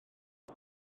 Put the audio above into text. mae